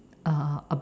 uh